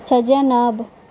اچھا زینب